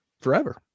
Forever